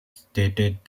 stated